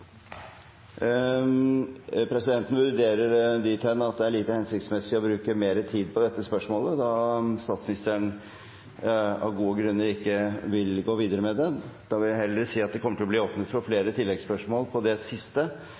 Presidenten vurderer det dit hen at det er lite hensiktsmessig å bruke mer tid på dette spørsmålet, da statsministeren av gode grunner ikke vil gå videre med det. Da åpnes det heller for flere oppfølgingsspørsmål etter det